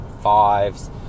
fives